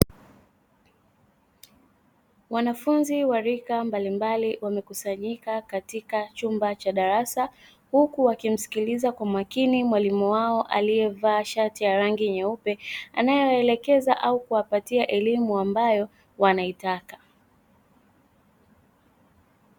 Wanafunzi wa rika mbalimbali wamekusanyika katika chumba cha darasa huku wakimsikiliza kwa makini mwalimu wao aliyevaa shati la rangi nyeupe, anaye waelekeza au kuwapatia elimu ambayo wanaitaka.